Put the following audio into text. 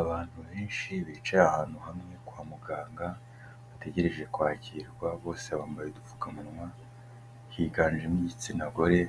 Abantu benshi bicaye ahantu hamwe kwa muganga, bategereje kwakirwa, bose bambaye udupfukamunwa, higanjemo igitsina gore,